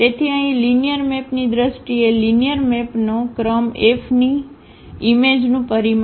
તેથી અહીં linear map ની દ્રષ્ટિએ લિનિયર મેપનો ક્રમ F ની ઈમેજ નું પરિમાણ હશે